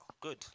good